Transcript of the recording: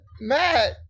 Matt